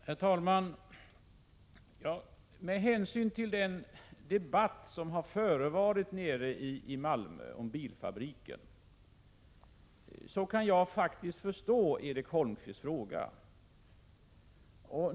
Herr talman! Med hänsyn till den debatt som har förevarit nere i Malmö om den aktuella bilfabriken kan jag faktiskt förstå Erik Holmkvists fråga.